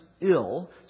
ill